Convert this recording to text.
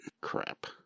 crap